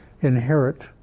inherit